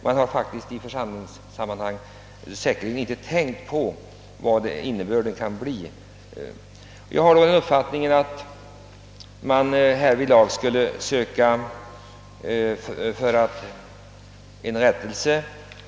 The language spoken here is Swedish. Man har i förhandlingssammanhang säkert inte tänkt på vad resultatet kan bli.